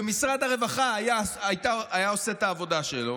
ומשרד הרווחה היה עושה את העבודה שלו,